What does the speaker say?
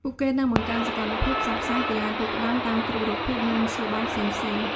ពួកគេនឹងបង្កើនសកម្មភាពផ្សព្វផ្សាយកីឡាទូកក្ដោងតាមគ្រប់រូបភាពនឹងមធ្យោបាយផ្សេងៗ។